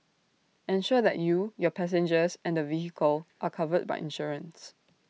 ensure that you your passengers and the vehicle are covered by insurance